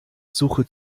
suche